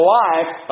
life